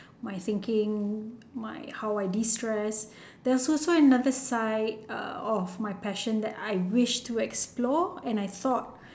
my thinking my how I destress there's also another side uh of my passion that I wished to explore and I thought